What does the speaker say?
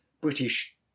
British